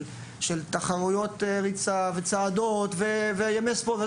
תחרות ריצה וצעדות וימי ספורט,